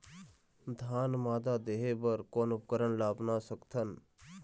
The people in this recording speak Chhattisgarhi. धान मादा देहे बर कोन उपकरण ला अपना सकथन?